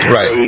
Right